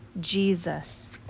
Jesus